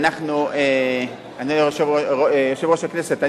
אדוני יושב-ראש הכנסת,